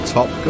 Top